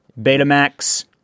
Betamax